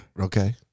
Okay